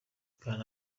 kanda